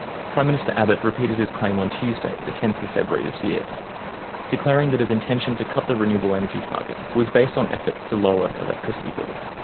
prime minister abbott repeated his claim on tuesday the tenth of february this year declaring that his intention to cut the renewable energy target was based on efforts to lower electricity bills